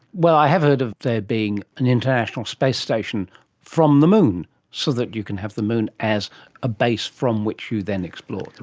well, i have heard of there being an international space station from the moon so that you can have the moon as a base from which you then explore the